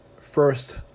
First